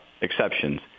exceptions